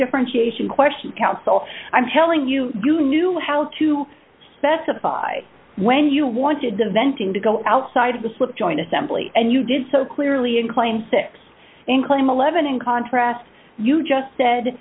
differentiation question counsel i'm telling you you knew how to specify when you wanted to venting to go outside the slip joint assembly and you did so clearly in claim six in claim eleven in contrast you just said